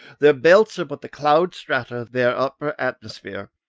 their belts are but the cloud-strata of their upper atmosphere,